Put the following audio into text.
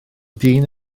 dyn